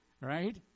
Right